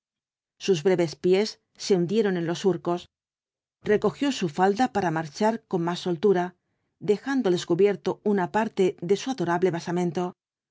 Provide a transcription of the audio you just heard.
sus breves pies se hundieron en los surcos kecogió su falda para marchar con más soltura dejando al descubierto una parte de su adorable basamento